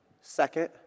Second